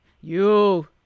You-